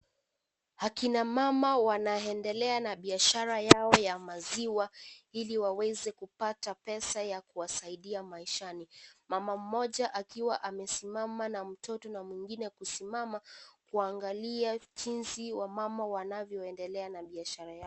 Akina mama wanaendelea na biashara yao ya maziwa ili waweze kupata pesa ya kuwasaidia maishani. Mama mmoja akiwa amesimama na mtoto na mwingine kusimama kuangalia jinsi wamama wanavyoendelea na biashara yao.